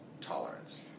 tolerance